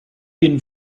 been